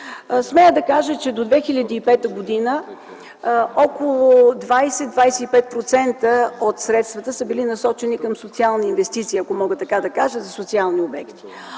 Смея да кажа, че до 2005 г. около 20-25% от средствата са били насочени към социална инвестиция, ако мога така да кажа, за социални обекти.